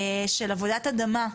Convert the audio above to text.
של עבודת אדמה,